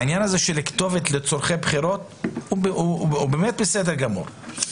העניין של כתובת לצורכי בחירות הוא באמת בסדר גמור.